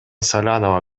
салянова